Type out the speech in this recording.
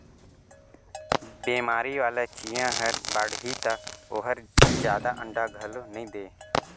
बेमारी वाला चिंया हर बाड़ही त ओहर जादा अंडा घलो नई दे